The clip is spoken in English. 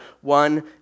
one